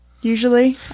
usually